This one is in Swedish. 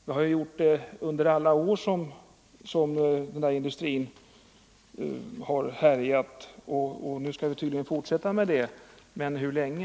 Vi har gjort det under alla år som denna industri har härjat, och nu skall vi tydligen fortsätta med det. Hur länge?